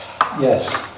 Yes